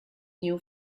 new